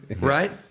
right